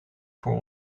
voor